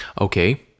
okay